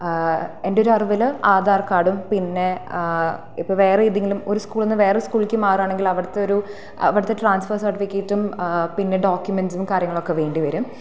എൻ്റെയൊരു അറിവില് ആധാർ കാർഡും പിന്നെ ഇപ്പോൾ വേറെ ഏതെങ്കിലും ഒരു സ്കൂളിൽ നിന്ന് വേറെ സ്കൂളിലേക്ക് മാറുകയാണെങ്കിൽ അവിടത്തൊരു അവിടത്തെ ട്രാൻസ്ഫെർ സെർട്ടിഫിക്കറ്റും പിന്നെ ഡോക്യൂമെൻ്റസും കാര്യങ്ങളൊക്കെ വേണ്ടിവരും